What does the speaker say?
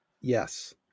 Yes